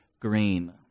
Green